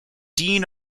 dean